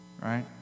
Right